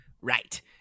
Right